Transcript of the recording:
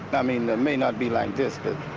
i mean, it may not be like this, but